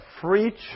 free